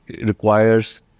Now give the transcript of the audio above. requires